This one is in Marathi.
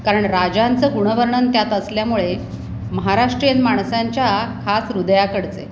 कारण राजांचं गुणवर्णन त्यात असल्यामुळे महाराष्ट्रीयन माणसांच्या खास हृदयाकडचे